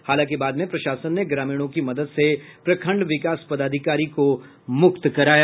हालांकि बाद में प्रशासन ने ग्रामीणों के मदद से प्रखंड विकास पदाधिकारी को मुक्त कराया